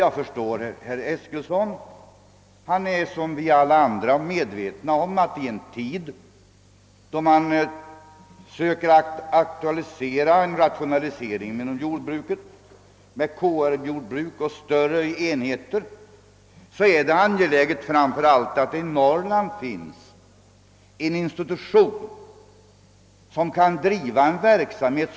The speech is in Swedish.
Jag förstår herr Eskilsson. Han är som vi alla andra medveten om att i en tid då man söker aktualisera rationaliseringen inom jordbruket genom KR-jordbruk och större enheter, så är det angeläget att det i Norrland finns en institution som kan driva en förebildlig verksamhet.